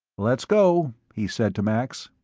let's go, he said to max.